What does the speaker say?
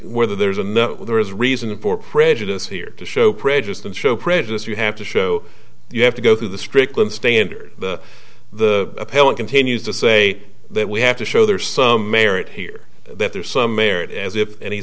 whether there's enough there is reason for prejudice here to show prejudiced and show prejudice you have to show you have to go through the strickland standard the appellate continues to say that we have to show there's some merit here that there's some merit as if and he